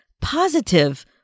positive